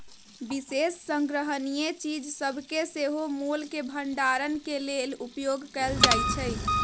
विशेष संग्रहणीय चीज सभके सेहो मोल के भंडारण के लेल उपयोग कएल जाइ छइ